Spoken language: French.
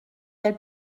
elle